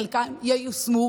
חלקם ייושמו,